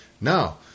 Now